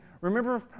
Remember